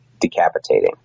decapitating